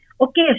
okay